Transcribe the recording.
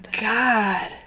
god